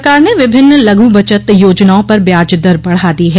सरकार ने विभिन्न लघु बचत योजनाओं पर ब्याज दर बढ़ा दी ह